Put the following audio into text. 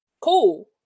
cool